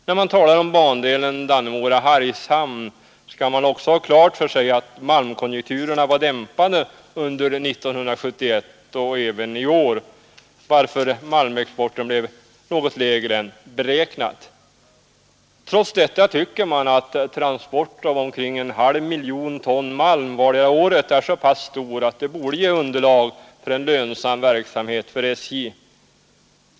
När man talar om bandelen Dannemora—Hargshamn skall man också ha klart för sig att malmkonjunkturen var dämpad under 1971 och är det även i år, varför malmexporten blivit något mindre än beräknat. En transport av omkring en halv miljon ton malm om året borde i alla fall vara tillräckligt för att ge underlag för en lönsam verksamhet för SJ.